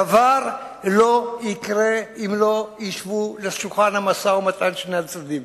דבר לא יקרה אם לא ישבו אל שולחן המשא-ומתן שני הצדדים,